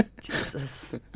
Jesus